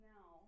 Now